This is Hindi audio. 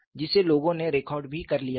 जिसे लोगों ने रिकॉर्ड भी कर लिया है